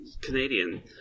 Canadian